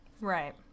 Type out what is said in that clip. right